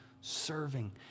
serving